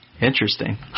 Interesting